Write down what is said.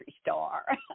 star